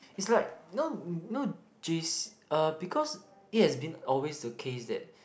is right no no j_c because it has been always the case that